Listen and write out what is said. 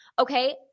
Okay